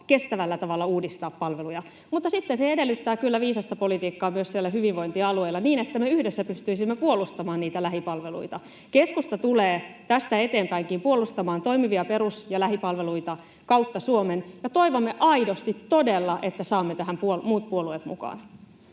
kestävällä tavalla uudistaa palveluja. Mutta sitten se edellyttää kyllä viisasta politiikkaa myös siellä hyvinvointialueilla niin, että me yhdessä pystyisimme puolustamaan niitä lähipalveluita. Keskusta tulee tästä eteenpäinkin puolustamaan toimivia perus- ja lähipalveluita kautta Suomen, ja toivomme aidosti todella, että saamme tähän muut puolueet mukaan.